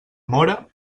móra